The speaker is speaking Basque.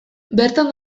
bertan